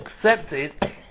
accepted